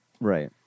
Right